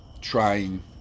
Trying